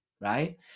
right